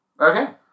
Okay